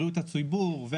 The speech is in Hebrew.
בריאות הציבור,